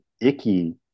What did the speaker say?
icky